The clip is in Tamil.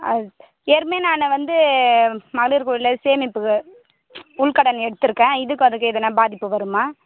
அது ஏற்கனவே நான் வந்து மகளிர் குழுல சேமிப்புக்கு உள்கடன் எடுத்திருக்கேன் இதுக்கும் அதுக்கும் எதுன்னால் பாதிப்பு வருமா